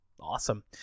awesome